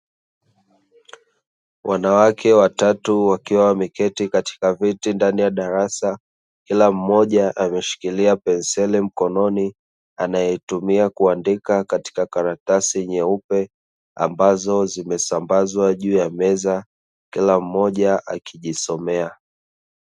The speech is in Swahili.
Wanawake watatu wakiwa wameketi katika viti ndani ya darasa. Kila mmoja ameshikilia penseli mkononi anayoitumia kuandika katika karatasi nyeupe ambazo zimesambazwa juu ya meza, kila mmoja akijisomea.